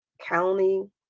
county